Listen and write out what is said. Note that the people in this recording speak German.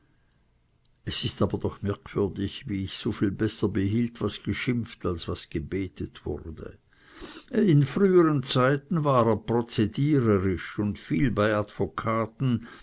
es ist aber doch merkwürdig wie ich so viel besser behielt was geschimpft als was gebetet wurde in früheren zeiten war er prozediererisch und viel